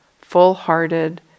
full-hearted